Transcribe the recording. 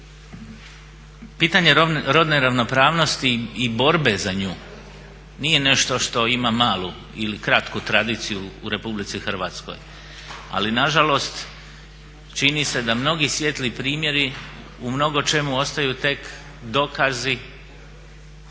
Pitanje rodne ravnopravnosti i borbe za nju nije nešto što ima malu ili kratku tradiciju u RH. Ali na žalost čini se da mnogi svijetli primjeri u mnogo čemu ostaju tek dokazi